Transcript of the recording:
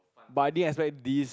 but I didn't expect this